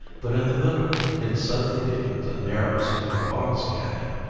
but in the middle it suddenly deepens and narrows into a box canon,